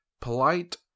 Polite